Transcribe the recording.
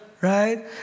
right